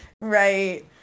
right